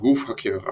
גוף הקערה